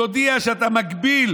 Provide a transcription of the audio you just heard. תודיע שאתה מגביל